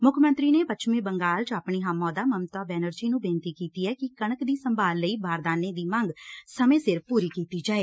ਮੁੱਖ ਮੰਤਰੀ ਨੇ ਪੱਛਮੀ ਬੰਗਾਲ ਚ ਆਪਣੀ ਹਮ ਆਹੁਦਾ ਮਮਤਾ ਬੈਨਰਜੀ ਨੂੰ ਬੇਨਤੀ ਕੀਤੀ ਕਿ ਕਣਕ ਦੀ ਸੰਭਾਲ ਲਈ ਬਰਦਾਨੇ ਦੀ ਮੰਗ ਸਮੇਂ ਸਿਰ ਪੁਰੀ ਕੀਤੀ ਜਾਏ